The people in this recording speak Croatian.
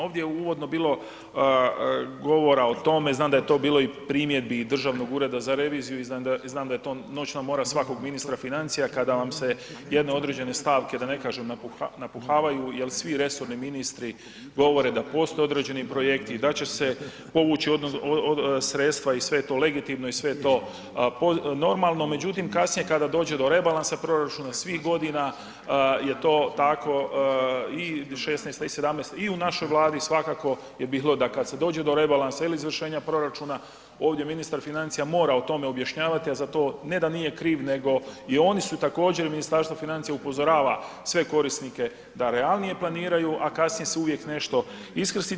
Ovdje je uvodno bilo govora o tome, znam da je to bilo i primjedbi i Državnog ureda za reviziju i znam da je to noćna mora svakog ministra financija kada vam se jedne određene stavka, da ne kažem napuhavaju jer svi resorni ministri govore da postoje određeni projekti, da će se povući sredstva i sve je to legitimno i sve je to normalno, međutim, kasnije kada dođe do rebalansa proračuna svih godina je to tako i 16. i 17. i u našoj Vladi svakako je bilo da kad se dođe do rebalansa ili izvršenja proračuna, ovdje ministar financija mora o tome objašnjavati, a za to ne da nije kriv nego i oni su također, Ministarstvo financija upozorava sve korisnike da realnije planiraju, a kasnije se uvijek nešto iskrsne.